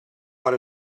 what